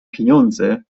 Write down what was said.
pieniądze